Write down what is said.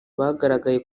bagaragaye